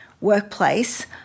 workplace